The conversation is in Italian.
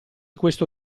questo